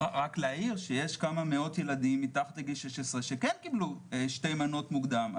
רק להעיר שיש כמה מאות ילדים מתחת לגיל 16 שכן קיבלו שתי מנות מוקדם.